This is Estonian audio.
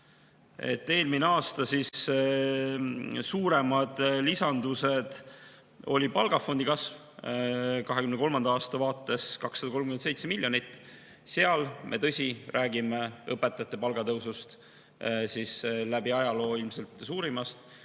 Eelmisel aastal suuremad lisandused olid palgafondi kasv 2023. aasta vaates 237 miljonit – seal, tõsi, me räägime õpetajate palgatõusust, läbi ajaloo ilmselt suurimast,